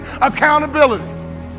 Accountability